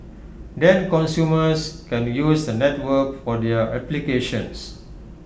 then consumers can use the network for their applications